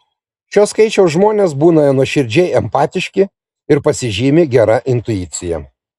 šio skaičiaus žmonės būna nuoširdžiai empatiški ir pasižymi gera intuicija